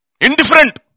Indifferent